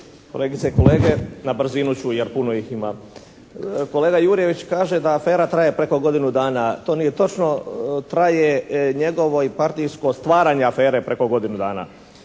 kolegice i kolege, na brzinu ću, jer puno ih ima. Kolega Jurjević kaže da afera traje preko godinu dana. To nje točno. Traje njegovo i partijsko stvaranje afere preko godinu dana.